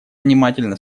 внимательно